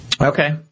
Okay